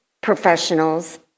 professionals